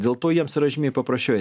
dėl to jiems yra žymiai paprasčiau